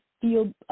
feel